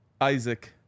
Isaac